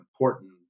important